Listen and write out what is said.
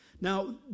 now